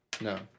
No